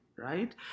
Right